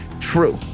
true